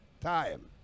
time